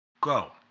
go